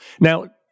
Now